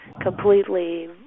completely